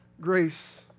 Grace